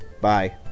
bye